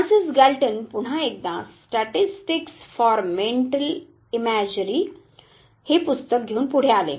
Francis Galton पुन्हा एकदा 'statistics for mental imagery' हे पुस्तक घेऊन पुढे आले